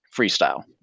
freestyle